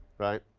right?